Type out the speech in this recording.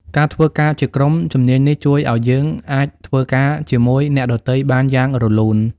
ការធ្វើការជាក្រុមជំនាញនេះជួយឲ្យយើងអាចធ្វើការជាមួយអ្នកដទៃបានយ៉ាងរលូន។